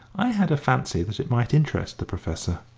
i had a fancy that it might interest the professor.